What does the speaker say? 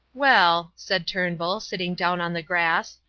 well, said turnbull, sitting down on the grass,